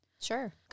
Sure